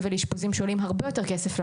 ולאשפוזים שעולים למדינה הרבה יותר כסף.